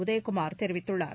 உதயகுமார் தெரிவித்துள்ளார்